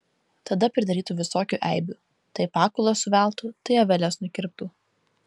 tada pridarytų visokių eibių tai pakulas suveltų tai aveles nukirptų